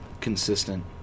consistent